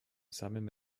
samym